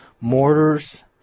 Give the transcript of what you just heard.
mortars